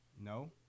No